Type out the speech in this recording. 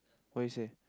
what you say